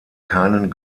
keinen